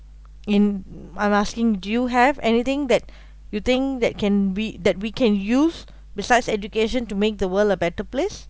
in I'm asking do you have anything that you think that can be that we can use besides education to make the world a better place